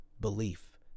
belief